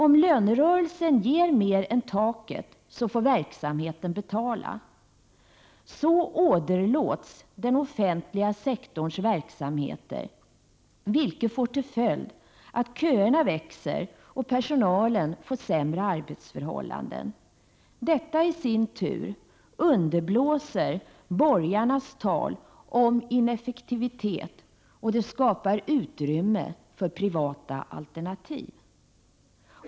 Om lönerörelsen ger mer än taket, får verksamheten betala. Så åderlåts den offentliga sektorns verksamheter, vilket får till följd att köerna växer och personalen får sämre arbetsförhållanden. Detta i sin tur underblåser borgarnas tal om ineffektivitet, och det skapar utrymme för privata alternativ.